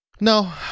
no